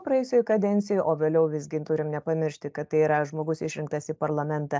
praėjusioj kadencijoj o vėliau visgi turim nepamiršti kad tai yra žmogus išrinktas į parlamentą